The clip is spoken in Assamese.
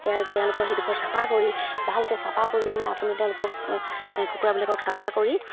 সেয়া তেওঁলোকক সেইডখৰ চাফা কৰি ভালকৈ চাফা কৰি পিনে আপুনি তেওঁলোকক কুকুৰাবিলাকক চাফা কৰি